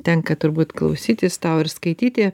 tenka turbūt klausytis tau ir skaityti